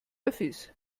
öffis